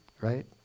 right